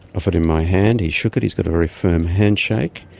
offered him my hand, he shook it, he's got a very firm handshake,